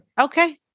okay